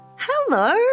Hello